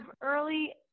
early